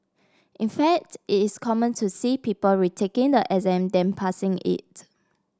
in fact it is common to see people retaking the exam than passing it